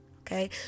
okay